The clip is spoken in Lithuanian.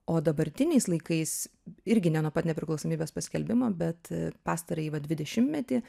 o dabartiniais laikais irgi ne nuo pat nepriklausomybės paskelbimo bet pastarąjį va dvidešimtmetį